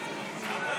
הכנסת,